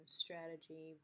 strategy